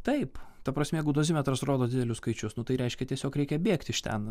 taip ta prasme jeigu dozimetras rodo didelius skaičius nu tai reiškia tiesiog reikia bėgt iš ten